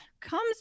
comes